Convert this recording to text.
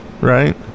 Right